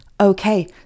Okay